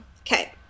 Okay